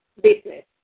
business